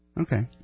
Okay